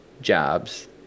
jobs